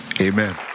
Amen